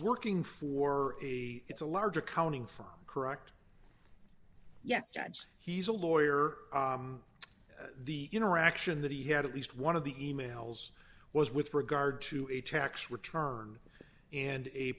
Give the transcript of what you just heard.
working for a it's a large accounting firm correct yes judge he's a lawyer the interaction that he had at least one of the e mails was with regard to a tax return and a